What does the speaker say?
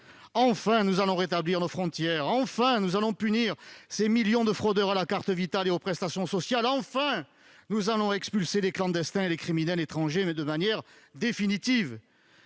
enfin, nous allons rétablir nos frontières ! Enfin, nous allons punir ces millions de fraudeurs à la carte Vitale et aux prestations sociales ! Enfin, nous allons expulser les clandestins et les criminels étrangers de manière définitive